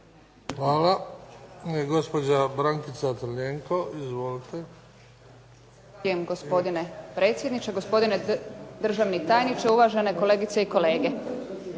Hvala. Gospođa Brankica Crljenko. Izvolite.